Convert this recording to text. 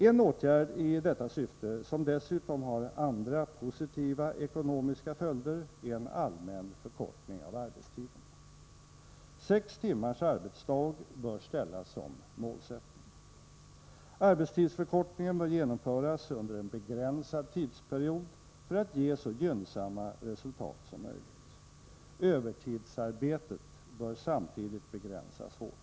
En åtgärd i detta syfte, som dessutom har andra positiva ekonomiska följder, är en allmän förkortning av arbetstiden. Sex timmars arbetsdag bör ställas som målsättning. Arbetstidsförkortningen bör genomföras under en begränsad tidsperiod för att ge så gynnsamma resultat som möjligt. Övertidsarbetet bör samtidigt begränsas hårt.